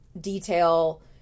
detail